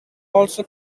also